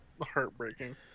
heartbreaking